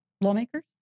lawmakers